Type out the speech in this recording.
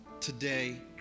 today